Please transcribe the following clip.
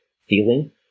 feeling